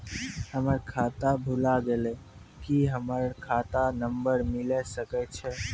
हमर खाता भुला गेलै, की हमर खाता नंबर मिले सकय छै?